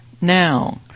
now